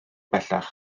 bellach